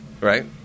Right